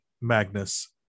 magnus